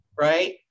right